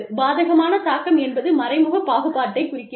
பாதகமான தாக்கம் என்பது மறைமுக பாகுபாட்டைக் குறிக்கிறது